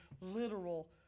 literal